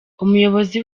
umuyobozi